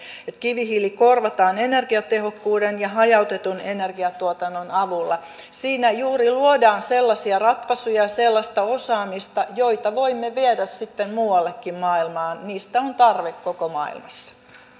kivihiili korvataan energiatehokkuuden ja hajautetun energiatuotannon avulla siinä juuri luodaan sellaisia ratkaisuja ja sellaista osaamista joita voimme viedä sitten muuallekin maailmaan niistä on tarve koko maailmassa